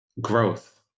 growth